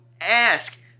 ask